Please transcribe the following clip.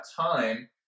time